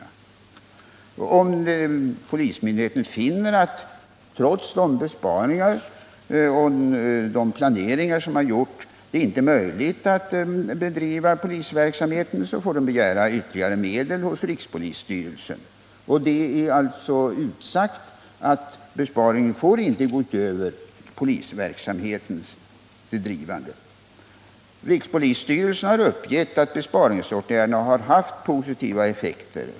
Om nu polismyndigheten finner att det trots de besparingar och den planering som gjorts inte är möjligt att bedriva polisverksamheten, får polismyndigheten begära ytterligare medel hos rikspolisstyrelsen. Det är alltså utsagt att besparingarna inte får gå ut över polisverksamhetens bedrivande. Rikspolisstyrelsen har uppgett att besparingsåtgärderna har haft positiva effekter.